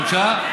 בבקשה?